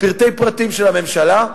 לפרטי פרטים, של הממשלה.